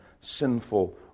sinful